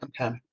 okay